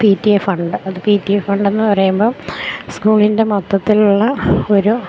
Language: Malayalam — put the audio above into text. പി ടി എ ഫണ്ട് അത് പി ടി എ ഫണ്ടെന്നു പറയുമ്പോള് സ്കൂളിൻ്റെ മൊത്തത്തിലുള്ള ഒരു